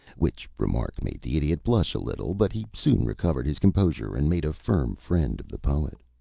which remark made the idiot blush a little, but he soon recovered his composure and made a firm friend of the poet.